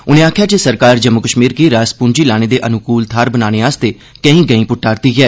उनें आखेआ जे सरकार जम्मू कश्मीर गी रास पूंजी लाने दे अनुकूल थाहर बनाने लेई केई गैई पुट्टा करदी ऐ